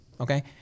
okay